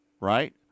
right